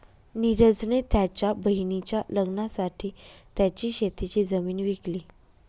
निरज ने त्याच्या बहिणीच्या लग्नासाठी त्याची शेतीची जमीन विकली